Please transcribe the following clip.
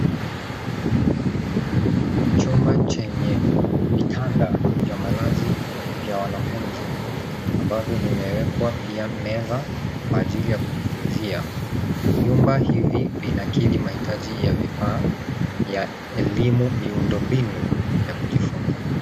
Chumba chenye vitanda vya malazi vya wanafunzi ambavyo vimewekwa pia meza kwa ajili ya kujifunzia. Vyumba hivi vinakidhi mahitaji ya vifaa ya elimu miundombinu ya kujifunza.